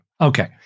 Okay